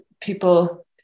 people